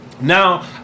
Now